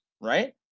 Right